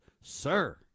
sir